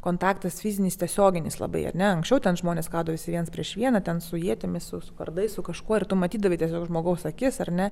kontaktas fizinis tiesioginis labai ar ne anksčiau ten žmonės kaudavosi viens prieš vieną ten su ietimis su kardais su kažkuo ir tu matydavai tiesiog žmogaus akis ar ne